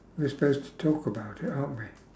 we're supposed to talk about it aren't we